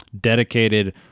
dedicated